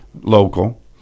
local